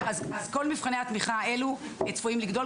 אז כל מבחני התמיכה האלה צפויים לגדול,